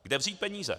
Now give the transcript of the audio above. Kde vzít peníze?